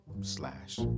slash